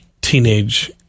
teenage